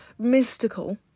mystical